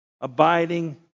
Abiding